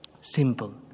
Simple